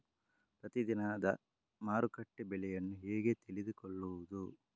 ಪ್ರತಿದಿನದ ಮಾರುಕಟ್ಟೆ ಬೆಲೆಯನ್ನು ಹೇಗೆ ತಿಳಿದುಕೊಳ್ಳುವುದು?